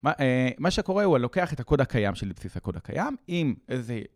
מה שקורה הוא הלוקח את הקוד הקיים של בסיס הקוד הקיים, אם זה...